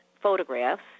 photographs